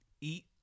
Eat